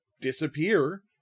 disappear